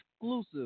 exclusive